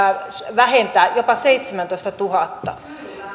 vähentää jopa seitsemäntoistatuhatta